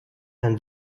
ein